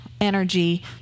energy